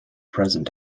present